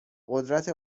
قدرت